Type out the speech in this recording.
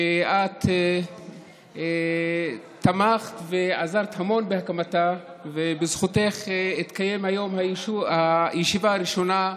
שאת תמכת ועזרת המון בהקמתה ובזכותך התקיימה היום הישיבה הראשונה,